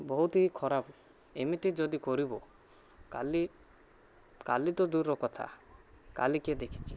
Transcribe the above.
ବହୁତ ହି ଖରାପ ଏମିତି ଯଦି କରିବ କାଲି କାଲି ତ ଦୂରର କଥା କାଲି କିଏ ଦେଖିଛି